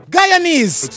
Guyanese